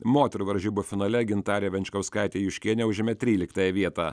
moterų varžybų finale gintarė venčkauskaitė juškienė užėmė tryliktąją vietą